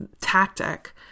tactic